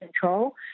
control